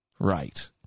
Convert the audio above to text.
Right